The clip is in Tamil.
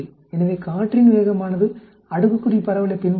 எனவே காற்றின் வேகமானது அடுக்குக்குறி பரவலைப் பின்பற்றலாம்